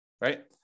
right